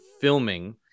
filming